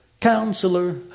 Counselor